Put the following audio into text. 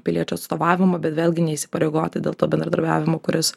piliečių atstovavimą bet vėlgi neįsipareigoti dėl to bendradarbiavimo kuris